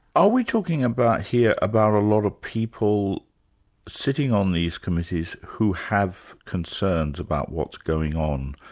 are we talking about here about a lot of people sitting on these committees who have concerns about what's going on,